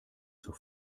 zur